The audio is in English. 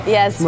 Yes